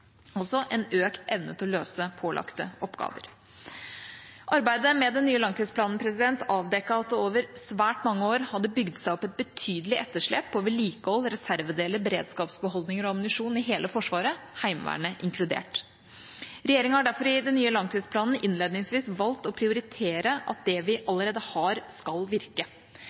en økt evne til å løse pålagte oppgaver. Arbeidet med den nye langtidsplanen avdekket at det over svært mange år hadde bygd seg opp et betydelig etterslep på vedlikehold, reservedeler, beredskapsbeholdninger og ammunisjon i hele Forsvaret, Heimevernet inkludert. Regjeringa har derfor i den nye langtidsplanen innledningsvis valgt å prioritere at det vi allerede har, skal virke.